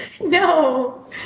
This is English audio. No